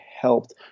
helped